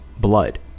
blood